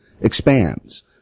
expands